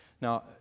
Now